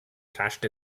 thrashed